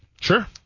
Sure